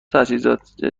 تجهیزات